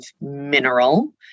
mineral